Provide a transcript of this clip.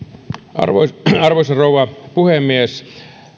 arvoisa arvoisa rouva puhemies